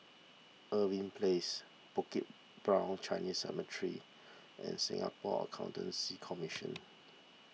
Irving Place Bukit Brown Chinese Cemetery and Singapore Accountancy Commission